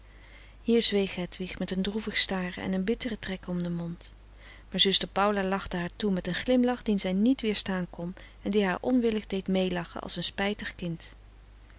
hier zweeg hedwig met een droevig staren en een bitteren trek om den mond maar zuster paula lachte haar toe met een glimlach dien zij niet weerstaan kon en die haar onwillig deed mee lachen als een spijtig kind